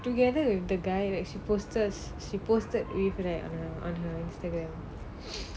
together with the guy that she posted she posted with leh on her on her Instagram